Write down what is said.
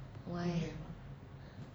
why